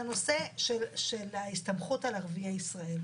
לנושא של ההסתמכות על ערביי ישראל,